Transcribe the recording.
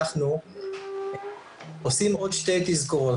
אנחנו עושים עוד שתי תזכורות.